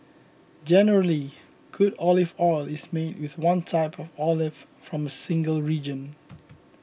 generally good olive oil is made with one type of olive from a single region